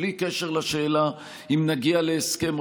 בלי קשר לשאלה אם נגיע להסכם,